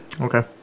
okay